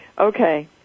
Okay